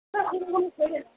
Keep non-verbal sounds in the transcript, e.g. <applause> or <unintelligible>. <unintelligible>